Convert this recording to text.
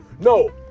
No